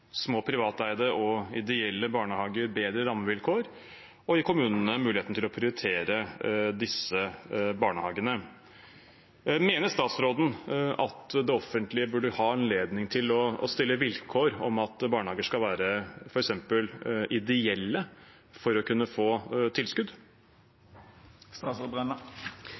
små privateide og ideelle barnehager bedre rammevilkår og gi kommunene muligheten til å prioritere disse barnehagene. Mener statsråden at det offentlige burde ha anledning til å stille vilkår om at barnehager skal være f.eks. ideelle for å kunne få tilskudd?